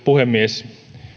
puhemies